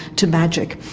to magic,